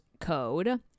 code